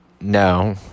no